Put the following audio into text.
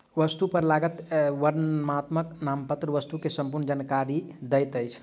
वस्तु पर लागल वर्णनात्मक नामपत्र वस्तु के संपूर्ण जानकारी दैत अछि